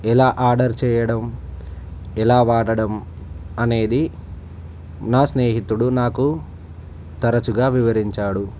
ఎలా ఆర్డర్ చేయడం ఎలా వాడడం అనేది నా స్నేహితుడు నాకు తరచుగా వివరించాడు